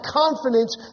confidence